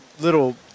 little